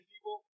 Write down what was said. people